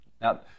now